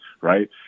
right